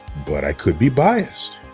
but i could be biased.